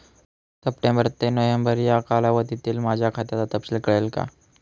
September ते November या कालावधीतील माझ्या खात्याचा तपशील कळेल का?